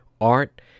Art